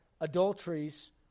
adulteries